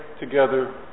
together